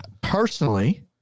personally